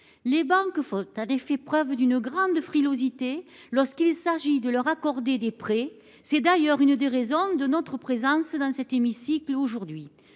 les banques font en effet preuve d’une grande frilosité lorsqu’il s’agit de leur accorder des prêts. C’est d’ailleurs l’une des raisons de notre présence dans cet hémicycle aujourd’hui.